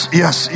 yes